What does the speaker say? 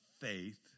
faith